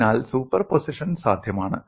അതിനാൽ സൂപ്പർപോസിഷൻ സാധ്യമാണ്